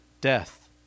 death